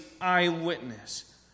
eyewitness